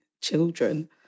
children